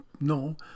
no